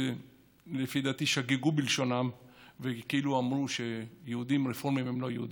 שלפי דעתי שגו בלשונם וכאילו אמרו שיהודים רפורמים הם לא יהודים.